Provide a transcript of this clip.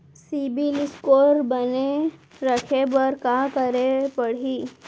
CIBIL score बने रखे बर का करे पड़ही?